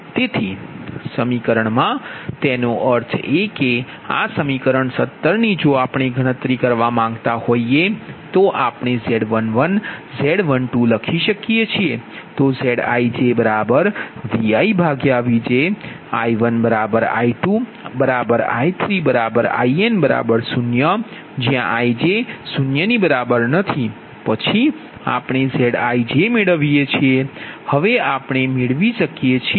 તેથી સમીકરણમાં તેનો અર્થ એ કે આ સમીકરણ 17 ની જો આપણે ગણતરી કરવા માંગતા હોય તો આપણે Z11Z12 લખી શકીએ છીએ તે ZijViVj|I1I2I3In0 Ij≠0 પછી આપણે Zij મેળવીએ છીએ હવે આપણે મેળવી શકીએ છીએ